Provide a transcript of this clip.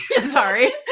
Sorry